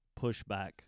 pushback